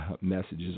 messages